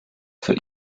für